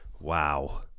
wow